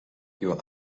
your